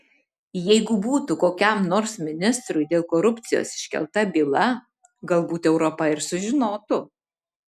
jeigu būtų kokiam nors ministrui dėl korupcijos iškelta byla galbūt europa ir sužinotų